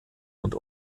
und